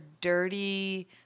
dirty